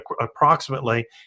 approximately